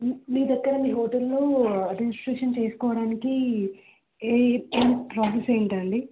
మీ మీ దగ్గర ఎక్కడ మీ హోటల్ లో రిజిస్ట్రేషన్ చేసుకోడానికి ఏ ప్రాసెస్ ఏంటండి